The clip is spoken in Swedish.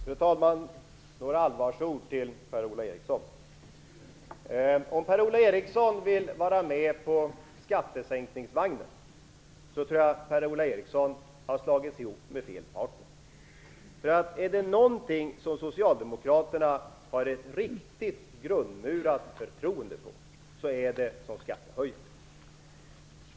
Fru talman! Några allvarsord till Per-Ola Eriksson: Om Per-Ola Eriksson vill vara med på skattesänkningsvagnen så tror jag att han har slagit sig ihop med fel partner, därför att om det är i något avseende som Socialdemokraterna har ett riktigt grundmurat förtroende så är det som skattehöjare.